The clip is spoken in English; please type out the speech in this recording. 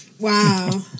Wow